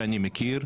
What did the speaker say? שאני מכיר.